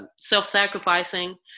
self-sacrificing